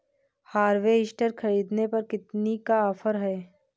Harvester ख़रीदने पर कितनी का ऑफर है?